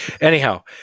Anyhow